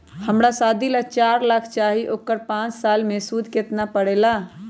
हमरा शादी ला चार लाख चाहि उकर पाँच साल मे सूद कितना परेला?